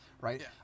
right